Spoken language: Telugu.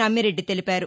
అమ్మిరెడ్డి తెలిపారు